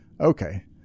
Okay